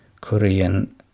Korean